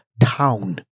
town